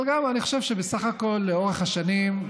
אבל אני גם חושב שבסך הכול לאורך השנים,